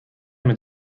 mit